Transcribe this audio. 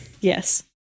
Yes